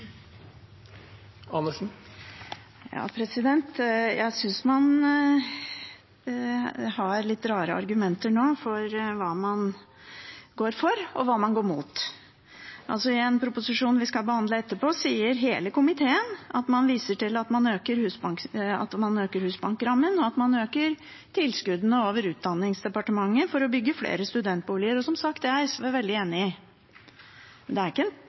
Jeg synes man har litt rare argumenter nå for hva man går for, og hva man går imot. I en proposisjon vi skal behandle etterpå, sier hele komiteen at man viser til at man øker husbankrammen, og at man øker tilskuddene over Kunnskapsdepartementet for å bygge flere studentboliger. Det er som sagt SV veldig enig i. Men det er ikke en